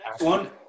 one